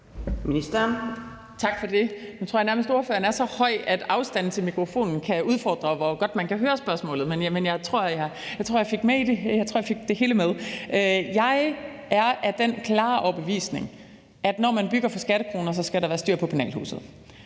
Jeg er af den klare overbevisning, at når man bygger for skattekroner, skal der være styr på penalhuset,